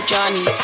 Johnny